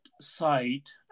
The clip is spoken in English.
site